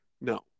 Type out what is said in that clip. No